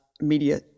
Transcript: media